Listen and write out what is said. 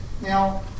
Now